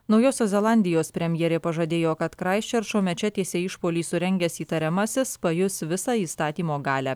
naujosios zelandijos premjerė pažadėjo kad kraistčerčo mečetėse išpuolį surengęs įtariamasis pajus visą įstatymo galią